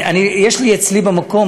יש לי אצלי במקום,